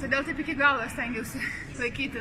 todėl taip iki galo stengiausi išlaikyti